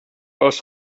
aus